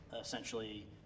essentially